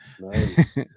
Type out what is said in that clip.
Nice